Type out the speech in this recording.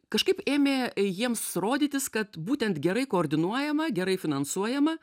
kažkaip ėmė jiems rodytis kad būtent gerai koordinuojama gerai finansuojama